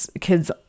kids